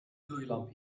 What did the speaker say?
gloeilamp